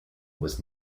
was